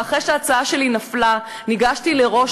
ואחרי שההצעה שלי נפלה ניגשתי לראש